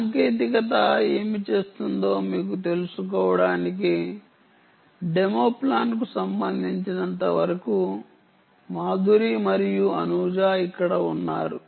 సాంకేతికత ఏమి చేస్తుందో మీకు తెలుసుకోవటానికి డెమో ప్లాన్కు సంబంధించినంతవరకు మాధురి మరియు అనుజా ఇక్కడ ఉన్నారు